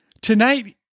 tonight